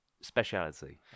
Speciality